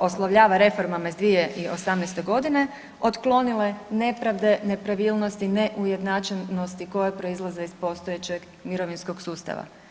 oslovljava reformama iz 2018.g. otklonile nepravde, nepravilnosti, neujednačenosti koje proizlaze iz postojećeg mirovinskog sustava.